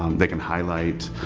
um they can highlight,